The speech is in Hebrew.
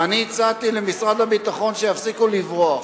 ואני הצעתי למשרד הביטחון שיפסיקו לברוח,